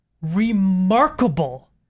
remarkable